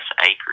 acres